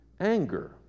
anger